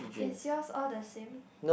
is yours all the same